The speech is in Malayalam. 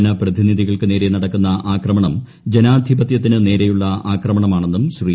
ജനപ്രതിനിധികൾക്ക് നേരെ നടക്കുന്ന ആക്രമണം ജനാധിപത്യത്തിന് നേരെയുള്ള ആക്രമണമാണെന്നും ശ്രീ